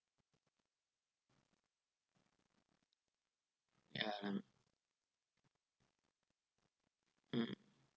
um mm